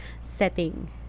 setting